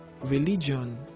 religion